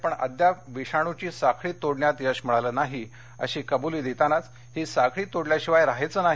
पण अद्याप विषाणूची साखळी तोडण्यात यश मिळालं नाही अशी कबुली देतानाच ही साखळी तोडल्याशिवाय राहायचं नाही